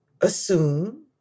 assume